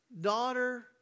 daughter